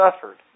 suffered